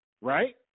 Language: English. right